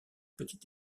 petit